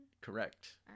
Correct